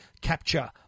capture